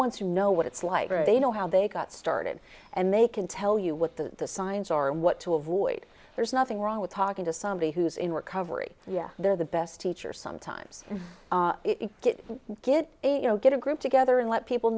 ones who know what it's like or they know how they got started and they can tell you what the signs are and what to avoid there's nothing wrong with talking to somebody who's in recovery yeah they're the best teachers sometimes get get you know get a group together and let people